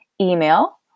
Email